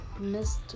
Mr